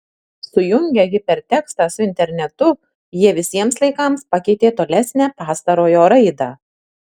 sujungę hipertekstą su internetu jie visiems laikams pakeitė tolesnę pastarojo raidą